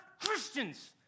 Christians